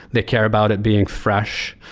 they care about it being fresh.